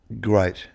great